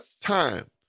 time